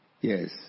Yes